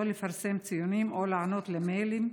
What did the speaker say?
לא לפרסם ציונים או לענות למיילים,